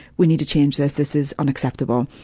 we need to change this, this is unacceptable.